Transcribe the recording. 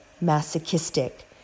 masochistic